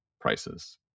prices